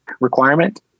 requirement